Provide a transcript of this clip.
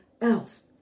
else